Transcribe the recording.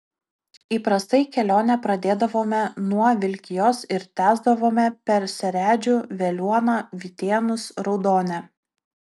įprastai kelionę pradėdavome nuo vilkijos ir tęsdavome per seredžių veliuoną vytėnus raudonę